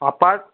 apart